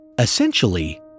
Essentially